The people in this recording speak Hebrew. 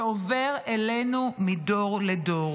שעובר אלינו מדור לדור.